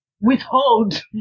Withhold